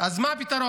אז מה הפתרון?